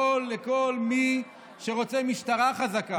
מעיני כל מי שרוצה משטרה חזקה.